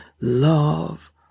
love